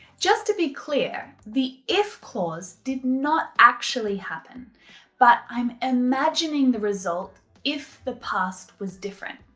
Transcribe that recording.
just to be clear, the if clause did not actually happen but i'm imagining the result if the past was different.